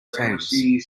routines